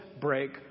break